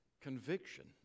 conviction